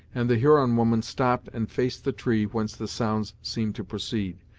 and the huron woman stopped and faced the tree whence the sounds seemed to proceed,